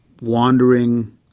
wandering